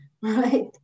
Right